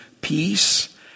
peace